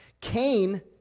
Cain